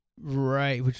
Right